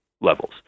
levels